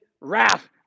wrath